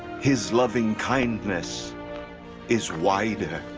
his loving kindness is wider.